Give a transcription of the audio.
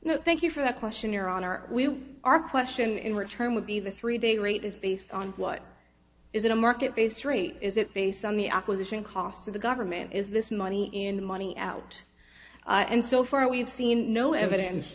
now thank you for the questionnaire are we our question in return would be the three day rate is based on what is a market based rate is it based on the acquisition cost of the government is this money in money out and so far we've seen no evidence